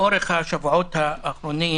לאורך השבועות האחרונים